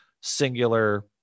singular